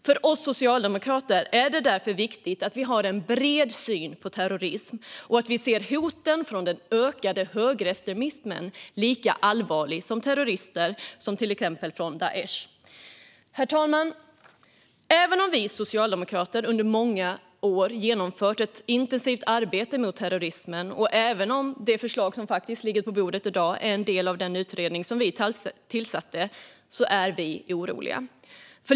För oss socialdemokrater är det därför viktigt att vi har en bred syn på terrorism och att vi ser hoten från den ökande högerextremismen som lika allvarliga som de från terrorister från till exempel Daish. Herr talman! Även om vi socialdemokrater under många år genomfört ett intensivt arbete mot terrorismen, och även om det förslag som i dag ligger på bordet är en del av den utredning som vi tillsatte, är vi oroliga.